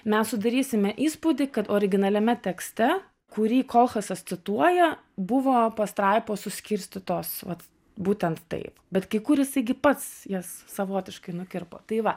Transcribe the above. mes sudarysime įspūdį kad originaliame tekste kurį kolchasas cituoja buvo pastraipos suskirstytos vat būtent taip bet kai kur jisai gi pats jas savotiškai nukirpo tai va